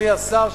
אדוני השר,